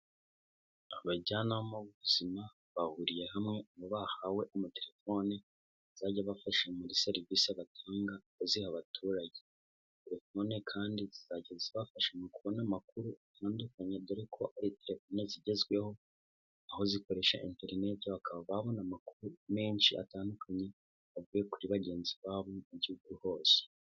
Abajyanama b'ubuzima bahuriye hamwe aho bahawe amatelefoni azajya abafasha muri serivisi batanga kuziha abaturage, telephone kandi zizajya zibafasha mu kubona amakuru atandukanye, dore ko ari telefone zigezweho aho zikoresha interineti bakaba babona amakuru menshi atandukanye avuye kuri bagenzi babo mu gihugu hose.